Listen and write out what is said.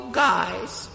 guys